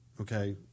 Okay